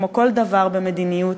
כמו כל דבר במדיניות,